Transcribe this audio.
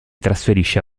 trasferisce